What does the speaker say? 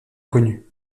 connu